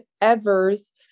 Evers